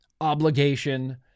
obligation